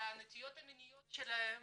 שהנטיות המיניות שלהם